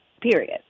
Period